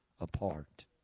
apart